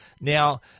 Now